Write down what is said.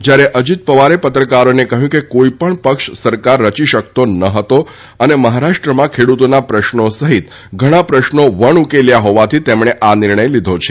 જ્યારે અજીત પવારે પત્રકારોને કહ્યું કે કોઇ પણ પક્ષ સરકાર રચી શકતો ન હતો અને મહારાષ્ટ્રમાં ખેડૂતોના પ્રશ્નો સહિત ઘણા પ્રશ્નો વણઉકેલ્યા હોવાથી તેમણે આ નિર્ણય લીધો છે